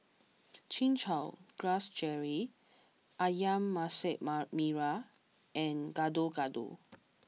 Chin Chow Grass Jelly Ayam Masak Merah and Gado Gado